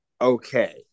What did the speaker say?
okay